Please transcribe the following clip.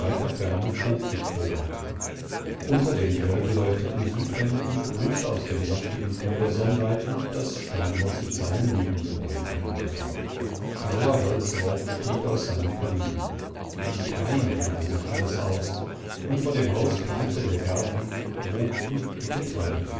ferne hochgipfel ragten unter den grell beleuchteten südwänden grüßte aus dem saftigen grün der sonnleiten das steinhaus mit seinen nebengebäuden herüber blauer holzrauch stieg aus seinem kamin wie klein nahm sich alles aus und vor dem haus prangte der garten wogten die